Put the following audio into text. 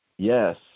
Yes